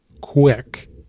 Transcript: quick